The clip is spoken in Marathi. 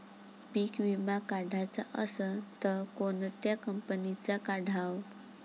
पीक विमा काढाचा असन त कोनत्या कंपनीचा काढाव?